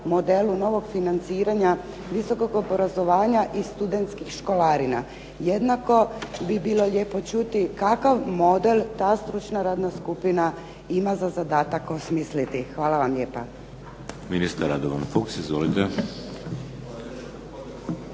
modelu novog financiranja visokog obrazovanja i studentskih školarina? Jednako bi bilo lijepo čuti kakav model ta stručna radna skupina ima za zadatak osmisliti? Hvala vam lijepa.